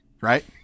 right